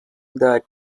the